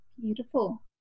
Beautiful